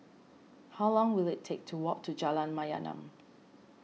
how long will it take to walk to Jalan Mayaanam